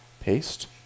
Paste